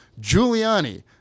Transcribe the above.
Giuliani